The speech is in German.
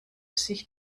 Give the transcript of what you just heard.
sich